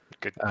Good